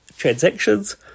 transactions